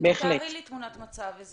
תארי לי תמונת מצב.